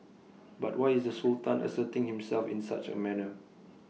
but why is the Sultan asserting himself in such A manner